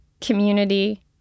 community